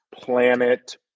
planet